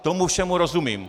Tomu všemu rozumím.